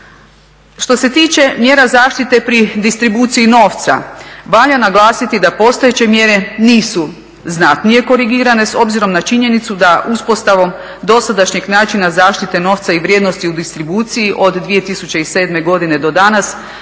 Što se tiče mjera zaštite pri distribuciji novca, valja naglasiti da postojeće mjera nisu znatnije korigirane s obzirom na činjenicu da uspostavom dosadašnjeg načina zaštite novca i vrijednosti u distribuciji od 2007. godine do danas